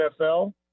NFL